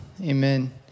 amen